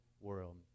world